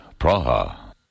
Praha